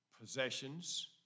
possessions